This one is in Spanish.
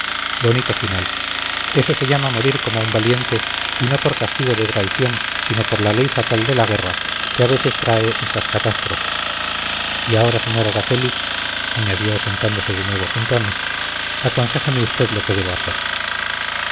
bonito final eso se llama morir como un valiente y no por castigo de traición sino por la ley fatal de la guerra que a veces trae estas catástrofes y ahora sr araceli añadió sentándose de nuevo junto a mí aconséjeme usted lo que debo hacer